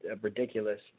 ridiculous